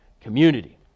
community